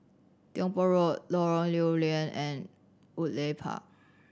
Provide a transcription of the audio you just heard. Tiong Poh Road Lorong Lew Lian and Woodleigh Park